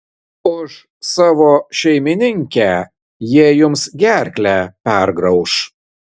už savo šeimininkę jie jums gerklę pergrauš